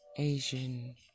Asian